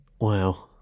wow